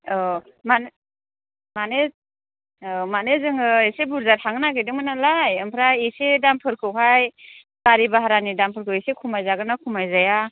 अ माने माने जोङो एसे बुरजा थांनो नागिरदोंमोन नालाय ओमफ्राय एसे दामफोरखौहाय गारि भारानि दामफोरखौ एसे खमाय जागोन ना खमाय जाया